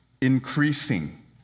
increasing